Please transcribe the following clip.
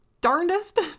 darndest